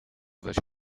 weź